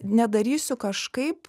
nedarysiu kažkaip